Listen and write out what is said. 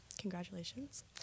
congratulations